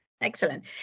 Excellent